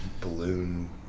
Balloon